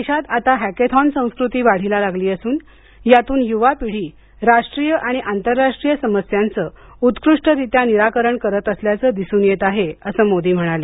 देशात आता हॅकेथॉन संस्कृती वाढीला लागली असून यातून युवा पिढी राष्ट्रीय आणि आंतरराष्ट्रीय समस्यांचं उत्कृष्टरित्या निराकरण करत असल्याचं दिसून येत असल्याचं मोदी म्हणाले